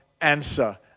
answer